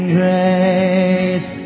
grace